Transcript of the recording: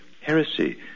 heresy